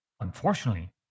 Unfortunately